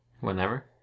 whenever